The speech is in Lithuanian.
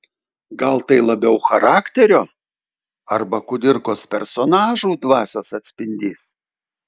gal tai labiau charakterio arba kudirkos personažų dvasios atspindys